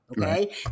okay